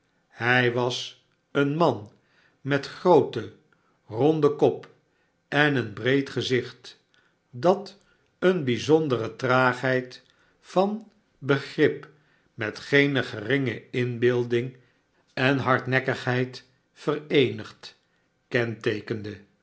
hii was een man met een grooten ronden kop en een breed gezicht dat eene bijzondere traagheid van begnp m et geene geringe inbeelding en hardnekkigheid vereenigd kenteekende